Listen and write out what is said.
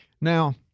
Now